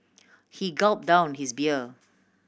he gulp down his beer